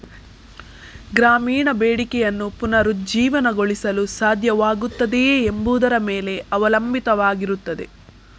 ಗ್ರಾಮೀಣ ಬೇಡಿಕೆಯನ್ನು ಪುನರುಜ್ಜೀವನಗೊಳಿಸಲು ಸಾಧ್ಯವಾಗುತ್ತದೆಯೇ ಎಂಬುದರ ಮೇಲೆ ಅವಲಂಬಿತವಾಗಿರುತ್ತದೆ